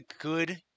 good